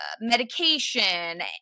medication